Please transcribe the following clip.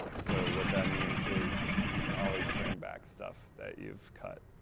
so what that means, is you can always bring back stuff that you've cut.